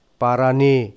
parani